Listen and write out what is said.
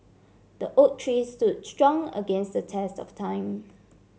the oak tree stood strong against the test of time